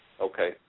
Okay